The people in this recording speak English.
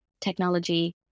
technology